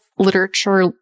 literature